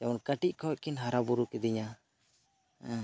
ᱡᱮᱢᱚᱱ ᱠᱟᱹᱴᱤᱡ ᱠᱷᱚᱱ ᱠᱤᱱ ᱦᱟᱨᱟ ᱵᱩᱨᱩ ᱠᱤᱫᱤᱧᱟ ᱦᱮᱸ